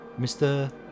Mr